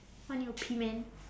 I need to pee man